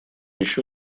еще